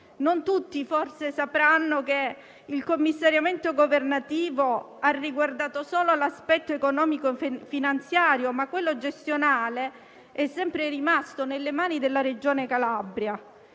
Non tutti forse sapranno che il commissariamento governativo ha riguardato solo l'aspetto economico-finanziario, ma quello gestionale è sempre rimasto nelle mani della Regione Calabria,